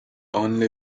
only